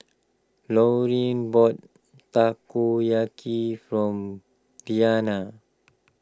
Lauryn bought Takoyaki from